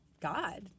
God